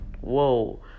Whoa